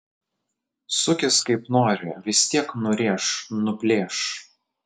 sukis kaip nori vis tiek nurėš nuplėš